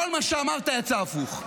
כל מה שאמרת יצא הפוך.